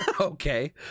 okay